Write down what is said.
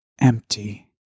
empty